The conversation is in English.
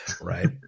Right